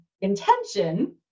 intention